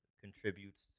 contributes